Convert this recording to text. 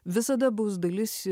visada bus dalis